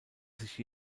sich